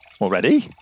Already